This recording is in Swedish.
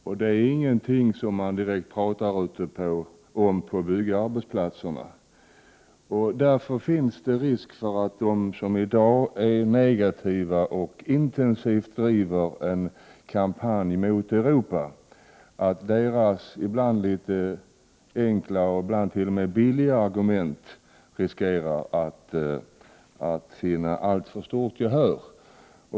Detta är inte någonting som man talar om ute på byggarbetsplatserna. Därför finns det risk för att de som i dag är negativa mot EG och som med enkla och ibland t.o.m. billiga argument intensivt driver en kampanj mot Europa kan vinna alltför stort gehör.